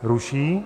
Ruší.